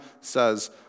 says